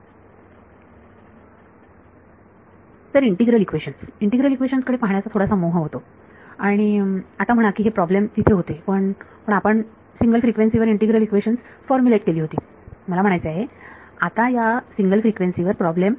विद्यार्थी तर integral equations integral equations कडे पाहण्याचा थोडासा मोह होतो आणि आता म्हणा की हे प्रॉब्लेम तिथे होते पण पण आपण पण सिंगल फ्रिक्वेन्सी वर इंटिग्रल इक्वेशन्स फॉर्म्युलेट केली होती मला म्हणायचे आहे आता या सिंगल फ्रिक्वेन्सी वर हा प्रॉब्लेम